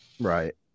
Right